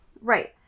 Right